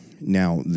Now